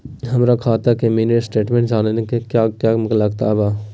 हमरा खाता के मिनी स्टेटमेंट जानने के क्या क्या लागत बा?